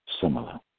similar